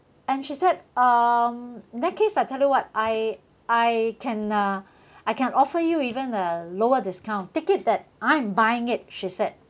and she said um in that case I tell you what I I can uh I can offer you even uh lower discount take it that I'm buying it she said